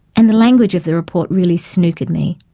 and the language of the report really snookered me.